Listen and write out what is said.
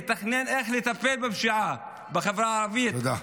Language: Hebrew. יתכנן איך לטפל בפשיעה בחברה הערבית -- תודה רבה.